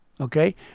okay